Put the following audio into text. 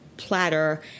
platter